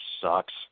sucks